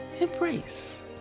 embrace